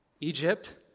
egypt